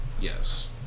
Yes